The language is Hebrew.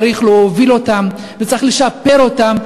צריך להוביל אותן וצריך לשפר אותן,